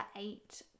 eight